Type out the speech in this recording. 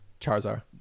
Charizard